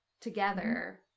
together